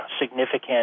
significant